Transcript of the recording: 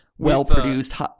well-produced